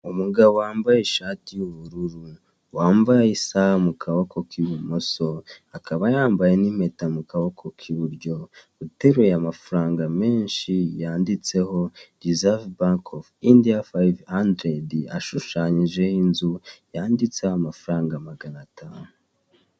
Umugabo wambaye ishati y'ubururu wambaye isaha mu kaboko ke k'ibumoso, akaba yambaye n'impeta mu kaboko k'iburyo akaba uteruye amafaranga menshi yanditseho yanditseho dizaya banki ofu indiya fayive handeredi, ashushanyijeho inzu yanditseho amafara magana atanu.